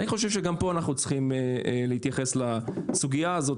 אני חושב שגם פה אנחנו צריכים להתייחס לסוגיה הזאת.